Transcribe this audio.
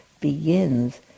begins